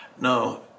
No